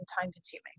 time-consuming